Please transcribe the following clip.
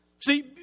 See